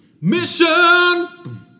Mission